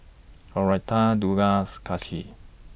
Loretta Delos Kacey